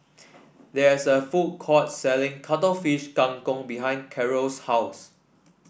there is a food court selling Cuttlefish Kang Kong behind Karel's house